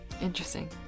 Interesting